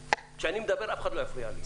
כשאני מדבר אף אחד לא יפריע לי.